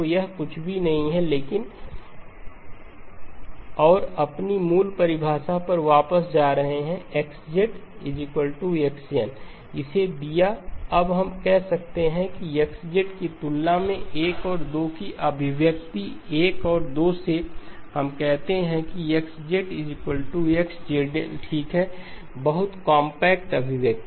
तो यह कुछ भी नहीं है लेकिनn ∞ ∞xEkZ kL और अपनी मूल परिभाषा पर वापस जा रहे हैं X n ∞ ∞xnZ n इसे दिया अब हम कह सकते हैं कि XE की तुलना 1 और 2 अभिव्यक्ति 1 और 2 से हम कहते हैं कि XE X ठीक है बहुत कॉम्पैक्ट अभिव्यक्ति